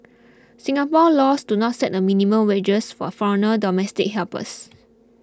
Singapore laws do not set a minimum wages for foreign domestic helpers